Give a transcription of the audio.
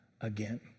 again